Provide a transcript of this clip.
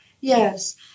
Yes